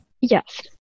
Yes